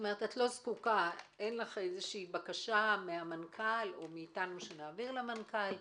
כלומר אין לך בקשה מהמנכ"ל או מאתנו שנעביר למנכ"ל.